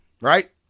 right